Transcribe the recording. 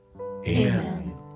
Amen